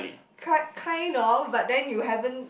ki~ kind of but then you haven't